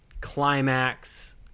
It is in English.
climax